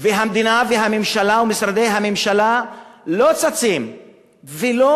והמדינה והממשלה ומשרדי הממשלה לא ששים ולא